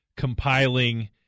compiling